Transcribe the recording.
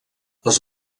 les